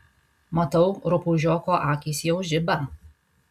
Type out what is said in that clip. matau rupūžioko akys jau žiba